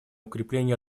укрепление